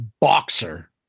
boxer